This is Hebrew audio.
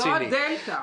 זאת הדלתא.